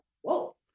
whoa